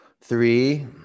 three